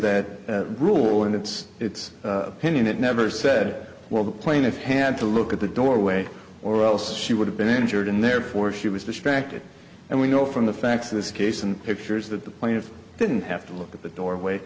that rule and it's it's opinion it never said well the plaintiff had to look at the doorway or else she would have been injured and therefore she was distracted and we know from the facts of this case and pictures that the plaintiff didn't have to look at the doorway